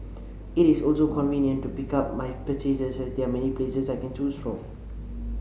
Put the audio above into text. it is also convenient to pick up my purchases as there are many places I can choose from